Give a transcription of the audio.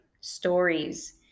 stories